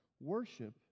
Worship